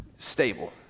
stable